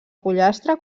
pollastre